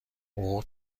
حقوق